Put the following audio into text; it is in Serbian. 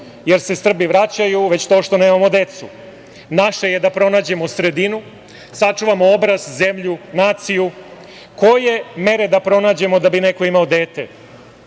jer se Srbi vraćaju, već to što nemamo decu. Naše je da pronađemo sredinu, sačuvamo obraz, zemlju, naciju, koje mere da pronađemo da bi neko imao dete,